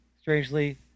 Strangely